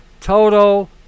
Total